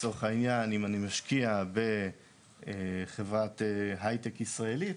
לצורך העניין אם אני משקיע בחברת הייטק ישראלית